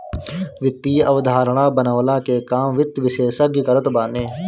वित्तीय अवधारणा बनवला के काम वित्त विशेषज्ञ करत बाने